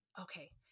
Okay